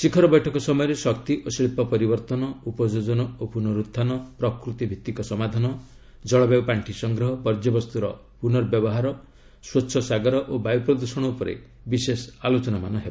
ଶିଖର ବୈଠକ ସମୟରେ ଶକ୍ତି ଓ ଶିଳ୍ପ ପରିବର୍ତ୍ତନ ଉପଯୋଜନ ପୁନରୁହ୍ରାନପ୍ରକୃତି ଭିଭିକ ସମାଧାନ ଜଳବାୟୁ ପାଣ୍ଠି ନ୍ତ ସଂଗ୍ରହବର୍ଜ୍ୟବସ୍ତୁର ପୁର୍ନବ୍ୟବହାର ସ୍ୱଚ୍ଛ ସାଗର ଓ ବାୟୁ ପ୍ରଦୂଷଣ ଉପରେ ବିଶେଷ ଆଲୋଚନାମାନ ହେବ